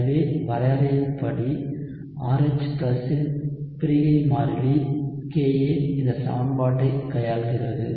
எனவே வரையறையின்படி RH இன் பிரிகை மாறிலி Ka இந்த சமன்பாட்டைக் கையாளுகிறது